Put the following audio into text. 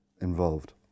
involved